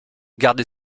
garde